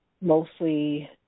Mostly